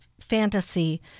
fantasy